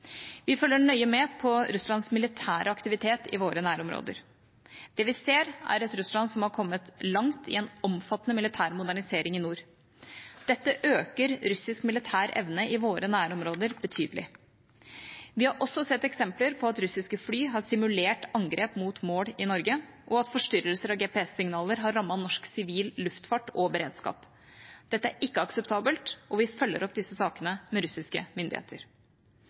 Vi følger nøye med på Russlands militære aktivitet i våre nærområder. Det vi ser, er et Russland som har kommet langt i en omfattende militær modernisering i nord. Dette øker russisk militær evne i våre nærområder betydelig. Vi har også sett eksempler på at russiske fly har simulert angrep mot mål i Norge, og at forstyrrelser av GPS-signaler har rammet norsk sivil luftfart og beredskap. Dette er ikke akseptabelt, og vi følger opp disse sakene med russiske myndigheter.